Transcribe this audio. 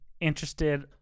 interested